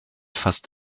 fast